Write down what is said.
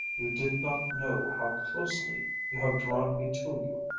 you did not know how closely you have drawn me to you,